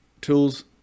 Tools